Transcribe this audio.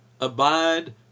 abide